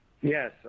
Yes